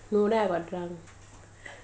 no then I got drunk